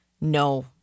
no